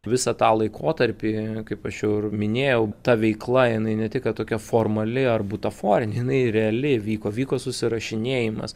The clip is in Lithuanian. visą tą laikotarpį kaip aš jau ir minėjau ta veikla jinai ne tik kad tokia formali ar butaforinė jinai realiai vyko vyko susirašinėjimas